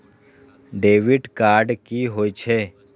Debit card की होय छे?